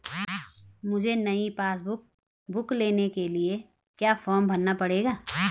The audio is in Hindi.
मुझे नयी पासबुक बुक लेने के लिए क्या फार्म भरना पड़ेगा?